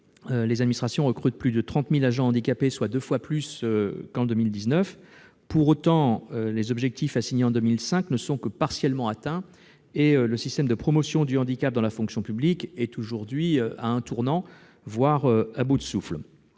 les administrations recrutent plus de 30 000 agents handicapés, soit deux fois plus qu'en 2019. Pour autant, les objectifs assignés en 2005 ne sont que partiellement atteints et le système de promotion du handicap dans la fonction publique est aujourd'hui à un tournant, voire à bout de souffle.